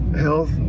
health